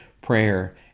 prayer